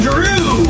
Drew